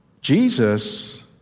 Jesus